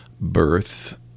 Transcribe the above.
birth